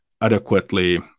adequately